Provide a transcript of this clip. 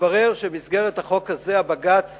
התברר שבמסגרת החוק הזה בג"ץ